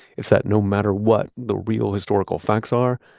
it's that no matter what the real historical facts are,